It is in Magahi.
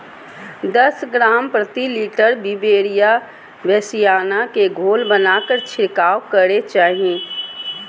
दस ग्राम प्रति लीटर बिवेरिया बेसिआना के घोल बनाके छिड़काव करे के चाही